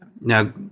Now